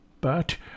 But